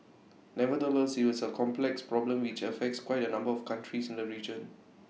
nevertheless IT is A complex problem which affects quite A number of countries in the region